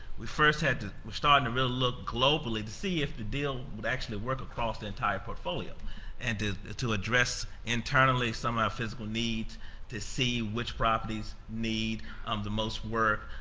we first had to we're starting to really look globally to see if the deal would actually work across the entire portfolio and to to address internally some of our physical needs to see which properties need um the most work,